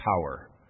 power